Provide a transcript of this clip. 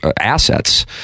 assets